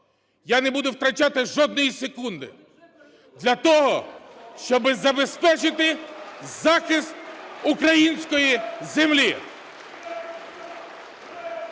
я не буду втрачати жодної секунди для того, щоби забезпечити захист української землі.